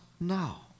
now